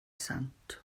sant